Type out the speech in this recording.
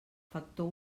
factor